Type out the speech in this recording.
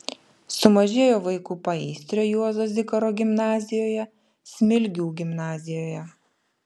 sumažėjo vaikų paįstrio juozo zikaro gimnazijoje smilgių gimnazijoje